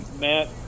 Matt